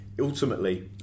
ultimately